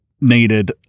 needed